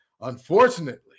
Unfortunately